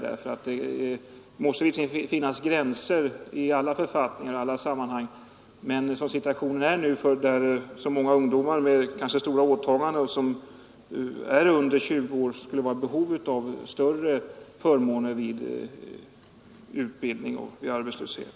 Det måste givetvis finnas gränser i alla författningar och i alla sammanhang, men många ungdomar under 20 år har stora åtaganden och är i behov av större förmåner vid utbildning och arbetslöshet.